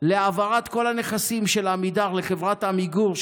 להעברת כל הנכסים של עמידר לחברת עמיגור,